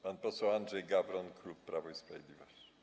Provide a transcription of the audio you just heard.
Pan poseł Andrzej Gawron, klub Prawo i Sprawiedliwość.